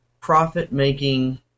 profit-making